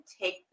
take